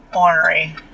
ornery